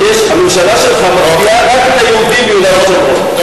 הממשלה שלך מקפיאה רק את היהודים ביהודה ושומרון.